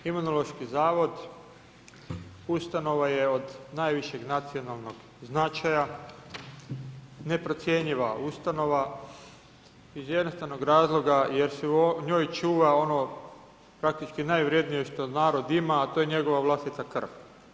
Imunološki zavod ustanova je od najvišeg nacionalnog značaja, neprocjenjiva ustanova iz jednostavnog razloga jer se u njoj čuva ono praktički najvrijednije što narod ima, a to je njegova vlastita krv.